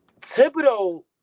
Thibodeau